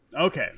Okay